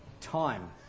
time